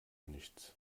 nichts